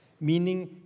meaning